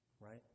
Right